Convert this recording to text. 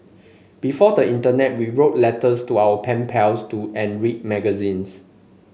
before the Internet we wrote letters to our pen pals to and read magazines